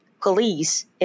police